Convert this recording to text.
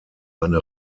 eine